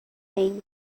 theme